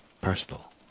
personal